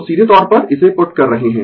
तो सीधे तौर पर इसे पुट कर रहे है